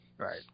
Right